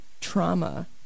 trauma